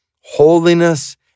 holiness